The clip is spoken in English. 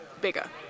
bigger